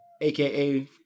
aka